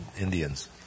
Indians